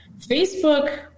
Facebook